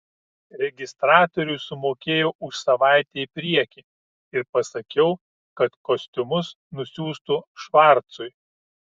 registratoriui sumokėjau už savaitę į priekį ir pasakiau kad kostiumus nusiųstų švarcui